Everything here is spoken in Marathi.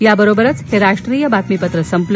याबरोबरच हे राष्ट्रीय बातमीपत्र संपलं